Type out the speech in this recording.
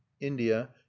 india